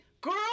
Girl